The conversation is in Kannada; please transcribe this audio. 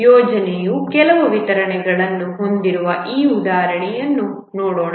ಯೋಜನೆಯು ಕೆಲವು ವಿತರಣೆಗಳನ್ನು ಹೊಂದಿರುವ ಈ ಉದಾಹರಣೆಯನ್ನು ನೋಡೋಣ